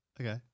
Okay